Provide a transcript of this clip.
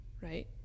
right